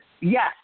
Yes